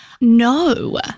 No